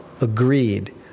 agreed